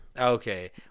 Okay